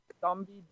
zombie